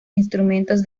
instrumentos